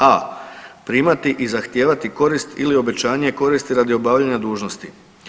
A) primati i zahtijevati korist ili obećanje koristi radi obavljanja dužnosti.